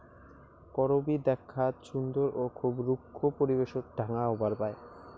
করবী দ্যাখ্যাত সুন্দর ও খুব রুক্ষ পরিবেশত ঢাঙ্গা হবার পায়